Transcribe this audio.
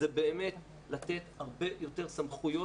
זה באמת לתת הרבה יותר סמכויות,